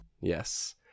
Yes